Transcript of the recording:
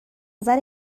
نظر